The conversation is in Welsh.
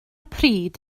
pryd